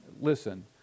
listen